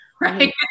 right